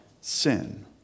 sin